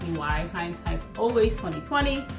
why. hindsight's always twenty twenty,